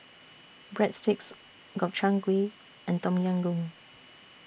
Breadsticks Gobchang Gui and Tom Yam Goong